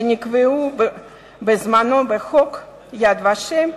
שנקבעו בזמנו בחוק יד ושם,